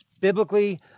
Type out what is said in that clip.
biblically